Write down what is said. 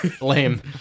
lame